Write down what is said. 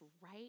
right